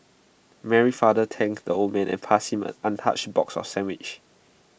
Mary's father thanked the old man and passed him an untouched box of sandwiches